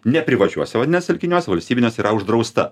neprivačiuose vandens telkiniuose valstybiniuose yra uždrausta